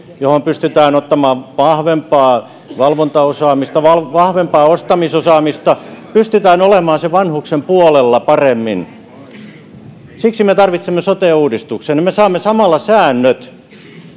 joihin pystytään ottamaan vahvempaa valvontaosaamista ja vahvempaa ostamisosaamista pystytään olemaan sen vanhuksen puolella paremmin siksi me tarvitsemme sote uudistuksen ja me saamme samalla säännöt